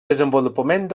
desenvolupament